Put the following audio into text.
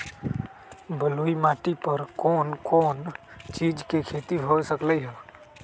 बलुई माटी पर कोन कोन चीज के खेती हो सकलई ह?